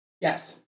yes